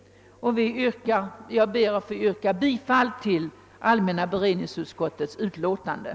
Jag ber att få yrka bifall till allmänna beredningsutskottets hemställan.